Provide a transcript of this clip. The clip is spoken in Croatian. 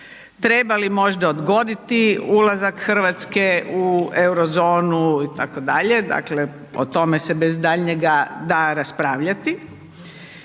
treba li možda odgoditi ulazak RH u Eurozonu itd., dakle o tome se bez daljnjega da raspravljati,